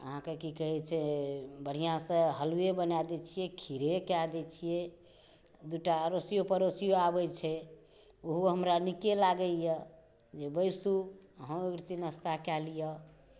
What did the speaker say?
अहाँके कि कहै छै बढ़िआँसँ हलुवे बना दै छिए खीरे कऽ दै छिए दू टा अड़ोसिओ पड़ोसिओ आबै छै ओहो हमरा नीके लागैए जे बैसू अहूँ एकरती नास्ता कऽ लिअऽ